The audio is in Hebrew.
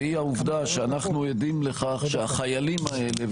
והיא העובדה שאנחנו עדים לכך שהחיילים האלה,